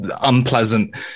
unpleasant